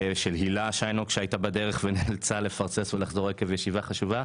של הילה שיינוק שהייתה בדרך ונאלצה לפרסס ולחזור עקב ישיבה חשובה.